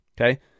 Okay